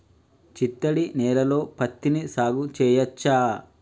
చిత్తడి నేలలో పత్తిని సాగు చేయచ్చా?